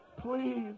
Please